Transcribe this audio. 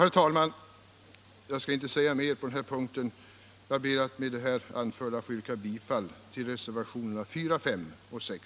Herr talman! Jag ber att med det anförda få yrka bifall till reservationerna 4, 5 och 6.